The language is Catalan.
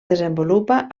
desenvolupa